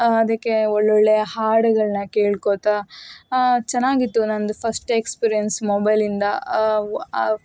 ಅದಕ್ಕೆ ಒಳ್ಳೊಳ್ಳೆ ಹಾಡುಗಳನ್ನ ಕೇಳ್ಕೊತಾ ಚೆನ್ನಾಗಿತ್ತು ನಂದು ಫಸ್ಟ್ ಎಕ್ಸ್ಪೀರಿಯೆನ್ಸ್ ಮೊಬೈಲಿಂದ